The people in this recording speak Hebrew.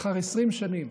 לאחר 20 שנים